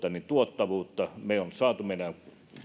tuottavuutta me olemme saaneet meidän